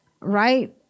Right